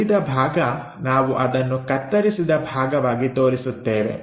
ಉಳಿದಂತಹ ಭಾಗ ನಾವು ಅದನ್ನು ಕತ್ತರಿಸಿದ ಭಾಗವಾಗಿ ತೋರಿಸುತ್ತೇವೆ